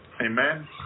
Amen